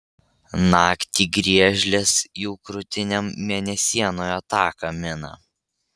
naktį griežlės jų krūtinėm mėnesienoje taką mina